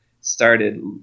started